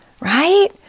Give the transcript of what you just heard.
right